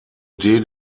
idee